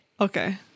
Okay